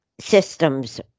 systems